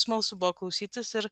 smalsu buvo klausytis ir